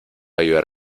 ayudar